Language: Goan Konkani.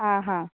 आं हां